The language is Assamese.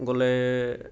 গ'লে